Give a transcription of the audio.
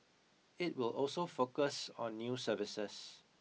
it will also focus on new services